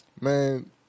Man